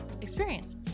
experience